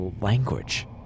language